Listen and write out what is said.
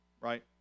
Right